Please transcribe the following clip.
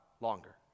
longer